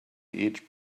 each